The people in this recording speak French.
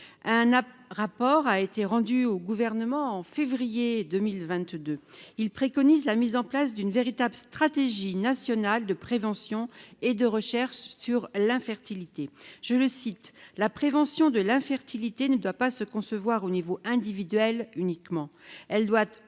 à rapport a été rendu au gouvernement en février 2022, il préconise la mise en place d'une véritable stratégie nationale de prévention et de recherche sur l'infertilité, je le cite : la prévention de l'infertilité ne doit pas se concevoir au niveau individuel, uniquement, elle doit aussi